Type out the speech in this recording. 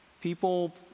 People